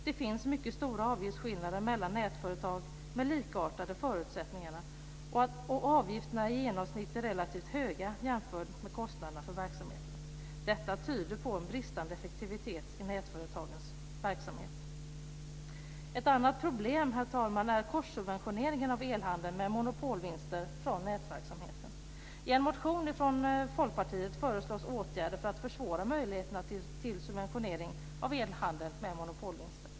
Det finns mycket stora avgiftsskillnader mellan nätföretag med likartade förutsättningar, och avgifterna är i genomsnitt relativt höga jämfört med kostnaderna för verksamheten. Detta tyder på bristande effektivitet i nätföretagens verksamhet. Ett annat problem, herr talman, är korssubventioneringen inom elhandeln med monopolvinster från nätverksamheten. I en motion från Folkpartiet förelås åtgärder för att försvåra möjligheterna till subventionering av elhandeln med monopolvinster.